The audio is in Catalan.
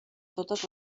totes